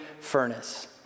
furnace